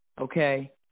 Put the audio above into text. Okay